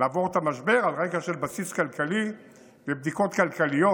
לעבור את המשבר על רקע של בסיס כלכלי ובדיקות כלכליות.